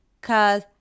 cause